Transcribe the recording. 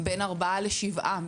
בין ארבעה לשבעה,